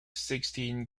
sixteen